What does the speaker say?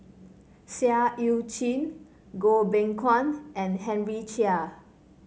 Seah Eu Chin Goh Beng Kwan and Henry Chia